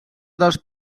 dels